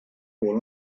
pour